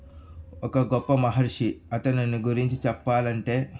ఒక గొప్ప మహర్షి అతనిని గురించి చెప్పాలంటే